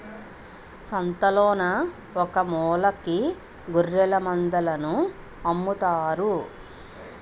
సంతలోన ఒకమూలకి గొఱ్ఱెలమందలను అమ్ముతారు